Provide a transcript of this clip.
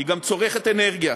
היא גם צורכת אנרגיה.